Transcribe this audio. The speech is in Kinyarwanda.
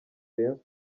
rayon